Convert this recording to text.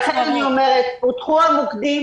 ולכן אני אומרת: פותחו המוקדים,